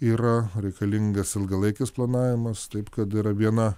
ir reikalingas ilgalaikis planavimas taip kad yra viena